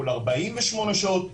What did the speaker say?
כל 48 שעות,